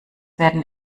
werden